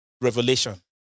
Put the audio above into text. revelation